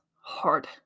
hard